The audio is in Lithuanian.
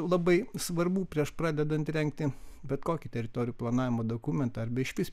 labai svarbu prieš pradedant rengti bet kokį teritorijų planavimo dokumentą arba išvis